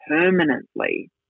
permanently